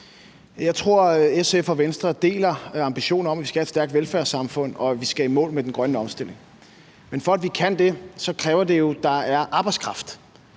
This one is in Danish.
Jeg tror, at SF og Venstre deler ambitionen om, at vi skal have et stærkt velfærdssamfund, og at vi skal i mål med den grønne omstilling, men for at vi kan det, kræver det jo, at der er arbejdskraft